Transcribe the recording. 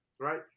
right